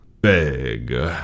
Beg